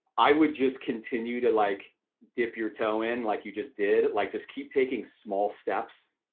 i would just continue to like dip your toe in like you just did. like just keep taking small steps.